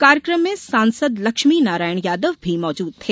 कार्यक्रम में सांसद लक्ष्मीनारायण यादव भी मौजूद थे